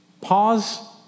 pause